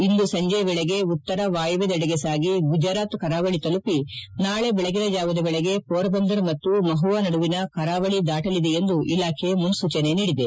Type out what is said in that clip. ಇಂದು ಸಂಜೆ ವೇಳೆಗೆ ಉತ್ತರ ವಾಯವ್ಯದೆಡೆಗೆ ಸಾಗಿ ಗುಜರಾತ್ ಕರಾವಳಿ ತಲುಪಿ ನಾಳೆ ಬೆಳಗಿನ ಜಾವದ ವೇಳೆಗೆ ಪೋರ್ಬಂದರ್ ಮತ್ತು ಮಹುವಾ ನಡುವಿನ ಕರಾವಳಿ ದಾಟಲಿದೆ ಎಂದು ಇಲಾಖೆ ಮುನ್ಸೂಚನೆ ನೀಡಿದೆ